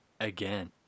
again